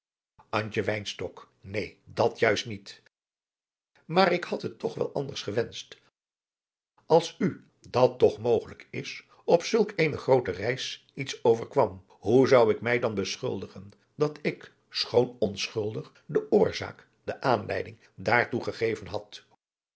neen dat juist niet maar ik had het toch wel anders gewenscht als u dat toch mogelijk is op zulk eene groote reis iets overkwam hoe zou ik mij dan beschuldigen dat ik schoon onschuldig de oorzaak de aanleiding daartoe gegeven had